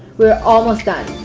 we're almost done